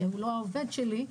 הוא לא העובד שלי,